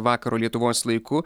vakaro lietuvos laiku